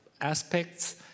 aspects